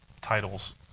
titles